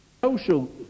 Social